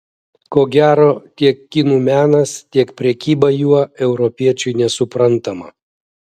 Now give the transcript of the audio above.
ko gero tiek kinų menas tiek prekyba juo europiečiui nesuprantama